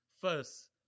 First